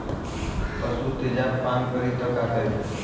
पशु तेजाब पान करी त का करी?